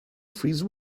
freeze